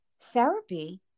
therapy